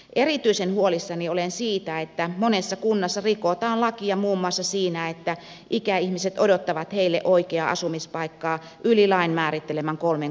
erityisen huolissani olen siitä että monessa kunnassa rikotaan lakia muun muassa siinä että ikäihmiset odottavat heille oikeaa asumispaikkaa yli lain määrittelemän kolmen kuukauden ajan